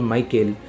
Michael